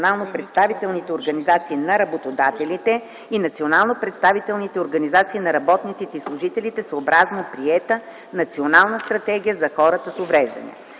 национално представителните организации на работодателите и национално представителните организации на работниците и служителите съобразно приета национална стратегия за хората с увреждания.”